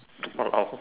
what about